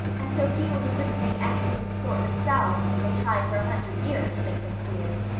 and so people who couldn't think anything of the sort themselves, if they tried for a hundred years, think them queer.